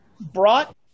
brought